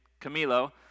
Camilo